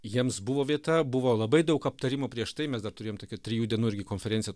jiems buvo vieta buvo labai daug aptarimų prieš tai mes dar turėjom tokią trijų dienų irgi konferenciją